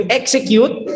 execute